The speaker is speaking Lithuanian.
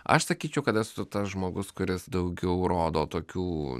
aš sakyčiau kad esu tas žmogus kuris daugiau rodo tokių